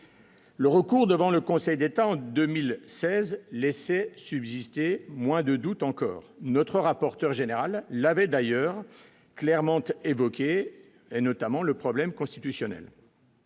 Le recours devant le Conseil d'État en 2016 laisser subsister moins de doutes encore notre rapporteur général l'avait d'ailleurs clairement te évoqués, et notamment le problème constitutionnel.